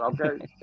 Okay